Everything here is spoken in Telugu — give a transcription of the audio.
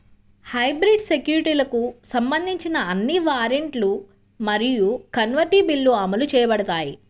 హైబ్రిడ్ సెక్యూరిటీలకు సంబంధించిన అన్ని వారెంట్లు మరియు కన్వర్టిబుల్లు అమలు చేయబడతాయి